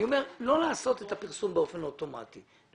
אני אומר לא לעשות את הפרסום באופן אוטומטי אלא